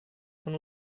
von